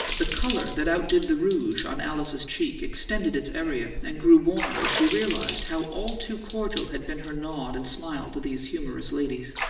the colour that outdid the rouge on alice's cheek extended its area and grew warmer as she realized how all too cordial had been her nod and smile to these humorous ladies.